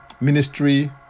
ministry